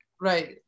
Right